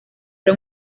era